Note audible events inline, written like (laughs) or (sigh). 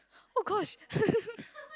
oh gosh (laughs)